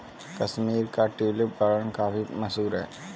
कश्मीर का tulip garden काफी मशहूर है